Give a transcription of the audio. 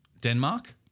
Denmark